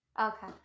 Okay